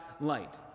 light